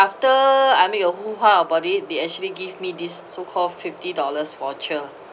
after I make a hoo-ha about it they actually give me this so called fifty dollars voucher